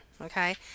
okay